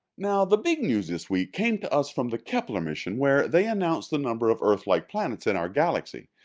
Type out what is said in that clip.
now the big news this week came to us from the kepler mission where they announced the number of earth like planets in our galaxy.